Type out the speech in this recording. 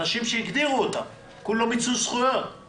אנשים שהגדירו אותם, כולו ביקשו זכויות.